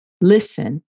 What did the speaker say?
listen